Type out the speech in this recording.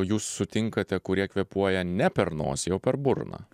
jūs sutinkate kurie kvėpuoja ne per nosį o per burną